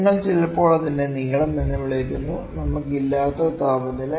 നിങ്ങൾ ചിലപ്പോൾ അതിനെ നീളം എന്ന് വിളിക്കുന്നു നമുക്ക് ഇല്ലാത്ത താപനില